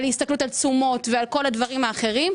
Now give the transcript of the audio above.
הסתכלות על תשומות ועל כל הדברים האחרים,